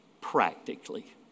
practically